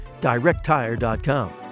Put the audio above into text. DirectTire.com